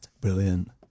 brilliant